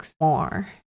more